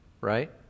right